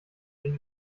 den